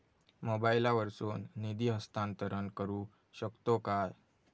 मोबाईला वर्सून निधी हस्तांतरण करू शकतो काय?